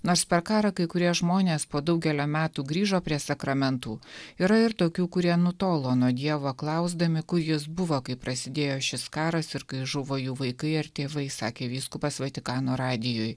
nors per karą kai kurie žmonės po daugelio metų grįžo prie sakramentų yra ir tokių kurie nutolo nuo dievo klausdami kur jis buvo kai prasidėjo šis karas ir kai žuvo jų vaikai ar tėvai sakė vyskupas vatikano radijui